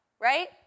right